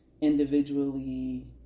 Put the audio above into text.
individually